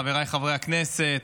חבריי חברי הכנסת,